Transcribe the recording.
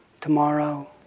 tomorrow